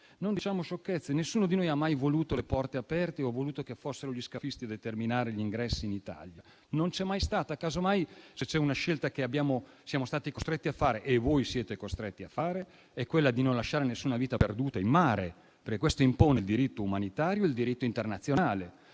Non diciamo sciocchezze. Nessuno di noi ha mai voluto le porte aperte o voluto che fossero gli scafisti a determinare gli ingressi in Italia. Questa politica non c'è mai stata. Casomai, se c'è una scelta che siamo stati costretti a fare, e che voi siete costretti a fare, è quella di non lasciare che nessuna vita vada perduta in mare, perché questo impongono il diritto umanitario e il diritto internazionale,